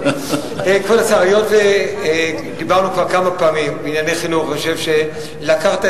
להסתובב בכנסת ולראות כאלה